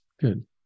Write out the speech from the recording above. good